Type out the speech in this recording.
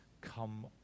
come